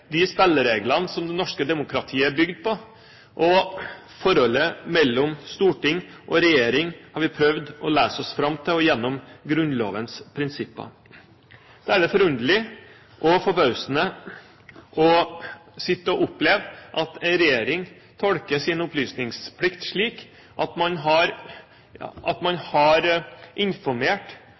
de spillereglene som det norske demokratiet er bygd på. Forholdet mellom storting og regjering gjennom Grunnlovens prinsipper har vi også prøvd å lese oss fram til. Det er derfor forunderlig og forbausende å sitte og oppleve at en regjering tolker det å overholde sin opplysningsplikt slik at man har informert